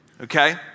okay